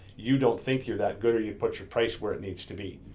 you don't think you're that good or you put your price where it needs to be.